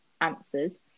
answers